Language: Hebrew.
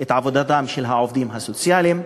את עבודתם של העובדים הסוציאליים,